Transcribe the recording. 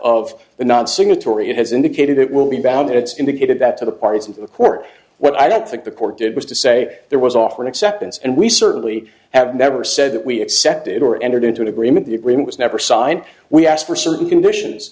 of the not signatory it has indicated it will be bound it's indicated that to the parts of the court what i don't think the court did was to say there was offer an acceptance and we certainly have never said that we accepted or entered into an agreement the agreement was never signed we asked for certain conditions